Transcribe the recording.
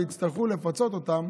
יצטרכו לפצות אותם,